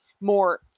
more